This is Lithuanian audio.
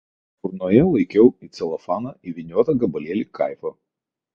burnoje laikiau į celofaną įvyniotą gabalėlį kaifo